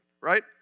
right